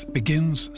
begins